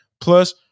plus